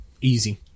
Easy